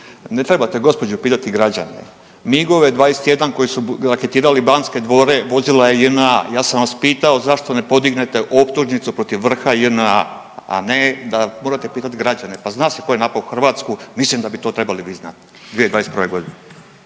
ne trebate gospođo pitati građane, MIG-ove 21 koji su raketirali Banske dvore vozila je JNA, ja sam vas pitao zašto ne podignete optužnicu protiv vrha JNA, a ne da morate pitati građane, pa zna se tko je napao Hrvatsku mislim da bi vi to trebali znati, 2021. godine.